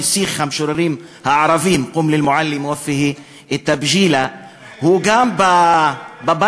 נסיך המשוררים הערבים (אומר בערבית: קום בפני המורה,